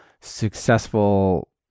successful